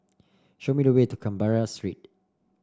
show me the way to Canberra Street